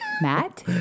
Matt